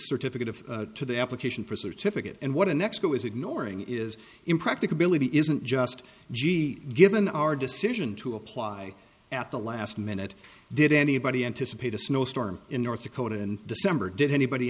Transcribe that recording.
certificate of to the application for a certificate and what an expert was ignoring is impracticability isn't just gee given our decision to apply at the last minute did anybody anticipate a snowstorm in north dakota in december did anybody